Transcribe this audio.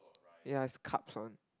ya it's cups one